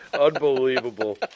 unbelievable